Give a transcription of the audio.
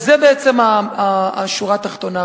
והרי זאת בעצם השורה התחתונה.